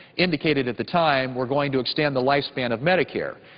indicated at the time were going to extend the life span of medicare.